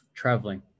traveling